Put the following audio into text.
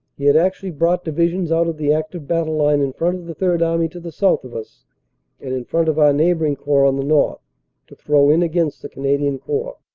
he had actually brought divisions out of the active battle line in front of the third army to the south of us and in front of our neighboring corps on the north to throw in against the canadian corps.